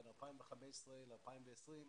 בין 2015 ל-2020,